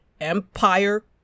Empire